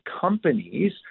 companies